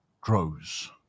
grows